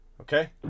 Okay